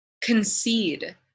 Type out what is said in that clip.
concede